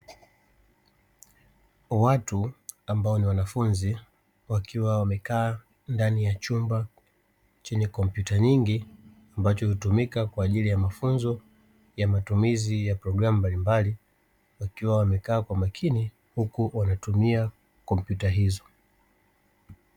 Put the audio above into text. Watu ambao ni wanafunzi wakiwa wamekaa ndani ya chumba chenye kompyuta nyingi ambacho hutumika kwa ajili ya mafunzo ya matumizi ya programu mbalimbali, wakiwa wamekaa kwa makini huku wanatumia kompyuta hizo.